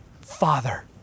Father